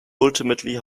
ultimately